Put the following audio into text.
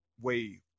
wave